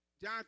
John